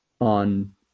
on